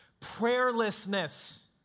prayerlessness